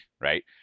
right